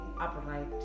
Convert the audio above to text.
upright